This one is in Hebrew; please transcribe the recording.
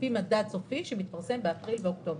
זה נעשה על פי מדד סופי שמתפרסם באפריל ובאוקטובר.